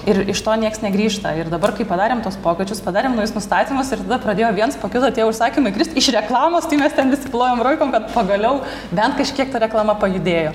ir iš to nieks negrįžta ir dabar kai padarėm tuos pokyčius padarėm naujus nustatymus ir tada pradėjo viens po kito tie užsakymai krist iš reklamos tai mes ten visi plojom rankom kad pagaliau bent kažkiek ta reklama pajudėjo